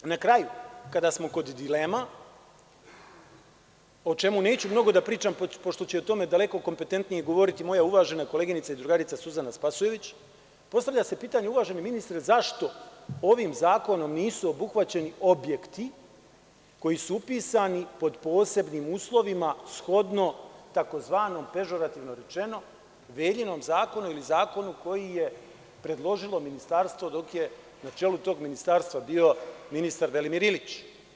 Na kraju, kada smo kod dilema, o čemu neću mnogo da pričam, pošto će o tome daleko kompetentnije govoriti moja uvažena koleginica i drugarica Suzana Spasojević, postavlja se pitanje, uvaženi ministre, zašto ovim zakonom nisu obuhvaćeni objekti koji su upisani pod posebnim uslovima shodno, tzv. pežorativno rečeno, „Veljinom zakonu“, ili zakonu koji je predložilo ministarstvo dok je na čelu tog ministarstva bio ministar Velimir Ilić?